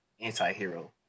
anti-hero